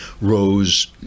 rose